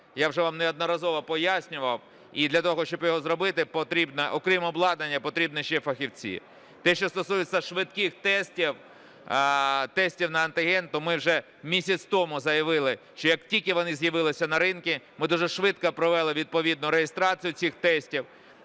я вже вам неодноразово пояснював. І для того щоб його зробити, окрім обладнання, потрібні ще фахівці. Те, що стосується швидких тестів, тестів на антиген, то ми вже місяць тому заявили, що, як тільки вони з'явилися на ринку, ми дуже швидко провели відповідну реєстрацію цих тестів.